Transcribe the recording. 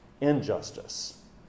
Injustice